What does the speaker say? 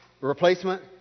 replacement